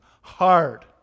hard